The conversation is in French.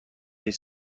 des